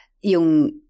yung